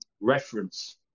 reference